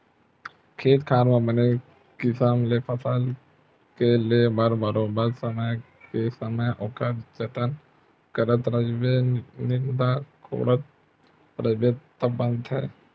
खेत खार म बने किसम ले फसल के ले बर बरोबर समे के समे ओखर जतन करत रहिबे निंदत कोड़त रहिबे तब बनथे